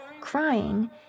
crying